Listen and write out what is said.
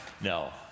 No